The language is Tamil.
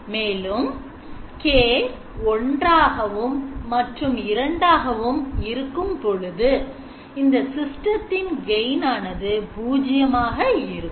மேலும் கே 1 மற்றும் இரண்டாக இருக்கும்பொழுது இந்த சிஸ்டத்தின் gain ஆனது பூஜ்ஜியமாக இருக்கும்